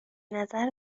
نظر